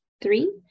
three